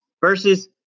versus